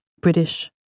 British